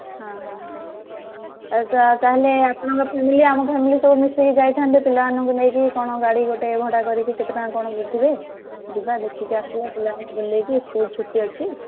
ହଁ ହଁ ହଁ ଆଚ୍ଛା ତା'ହେଲେ ଆପଣଙ୍କ ଫ୍ୟାମିଲି ଆମ ଫ୍ୟାମିଲି ସବୁ ମିଶିକି ଯାଇଥାନ୍ତେ ପିଲାମାନଙ୍କୁ ନେଇକି କ'ଣ ଗାଡ଼ି ଗୋଟେ ଭଡ଼ା କରିକି କେତେ ଟଙ୍କା କ'ଣ ବୁଝିବେ ଯିବା ଦେଖିକି ଆସିବା ପିଲାମାନଙ୍କୁ ବୁଲାଇକି ସ୍କୁଲ ଛୁଟି ଅଛି